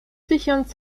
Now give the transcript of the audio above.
tysiąc